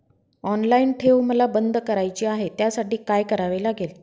Online ठेव मला बंद करायची आहे, त्यासाठी काय करावे लागेल?